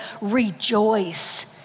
rejoice